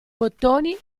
bottoni